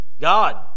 God